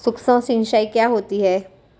सुक्ष्म सिंचाई क्या होती है?